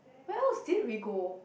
where else did we go